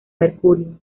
mercurio